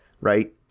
Right